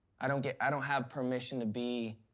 i don't get i don't have permission to be,